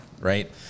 right